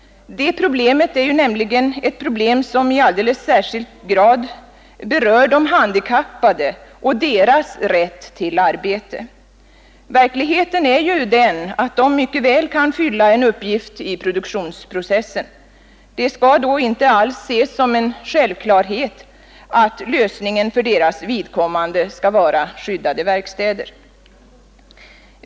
Det problemet är nämligen ett problem som i alldeles särskild grad berör de handikappade och deras rätt till arbete. Verkligheten är ju den, att de mycket väl kan fylla en uppgift i produktionsprocessen. Det skall då inte alls ses som en självklarhet att lösningen för deras vidkommande skall vara skyddade verkstäder.